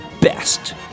best